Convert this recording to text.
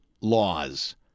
laws